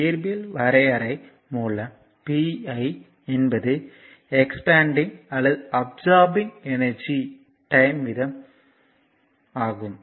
இயற்பியல் வரையறை மூலம் P ஐ என்பது எக்ஸ்பாண்டிங் அல்லது அப்சார்பிங் எனர்ஜியின் டைம் வீதம் ஆகும்